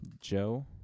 joe